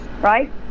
right